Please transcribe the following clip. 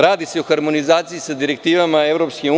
Radi se o harmonizaciji sa direktivama EU.